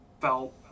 felt